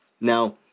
Now